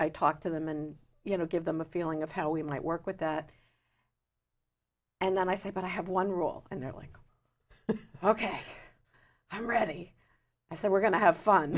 talk to them and you know give them a feeling of how we might work with that and then i say but i have one rule and they're like ok i'm ready i said we're going to have fun